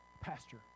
pastor